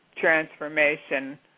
transformation